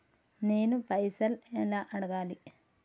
నేను పైసలు ఎలా అడగాలి?